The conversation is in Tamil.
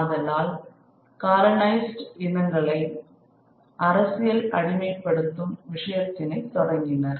ஆதலால் காலனைஸ்ட் இனங்களை அரசியல் அடிமைப்படுத்தும் விஷயத்தினை தொடங்கினர்